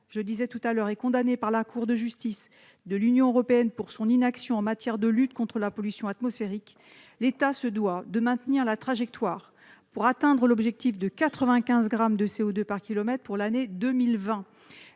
je le répète, est condamnée par la Cour de justice de l'Union européenne pour son inaction en matière de lutte contre la pollution atmosphérique, l'État se doit de maintenir la trajectoire pour atteindre l'objectif de 95 grammes de CO2 par kilomètre en 2020.